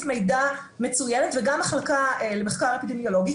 מידע מצוינת וגם מחלקה למחקר אפידמיולוגי,